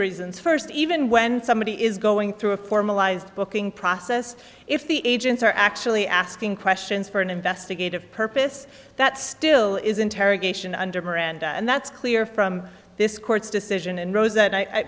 reasons first even when somebody is going through a formalized booking process if the agents are actually asking questions for an investigative purpose that still is interrogation under miranda and that's clear from this court's decision and rose that i